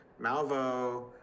Malvo